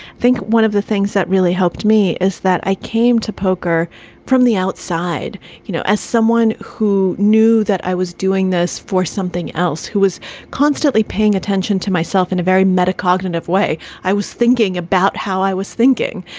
think one of the things that really helped me is that i came to poker from the outside, you know, as someone who knew that i was doing this for something else, who was constantly paying attention to myself in a very metacognitive way. i was thinking about how i was thinking,